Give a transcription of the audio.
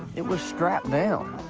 it was strapped down.